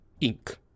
ink